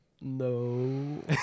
No